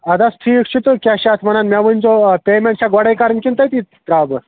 اَدٕ حظ ٹھیٖک چھُ تہٕ کیٛاہ چھِ اَتھ وَنان مےٚ ؤنۍزیو پیمٮ۪نٛٹ چھا گۄڈَے کَرٕنۍ کِنہٕ تٔتی ترٛاو بہٕ